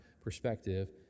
perspective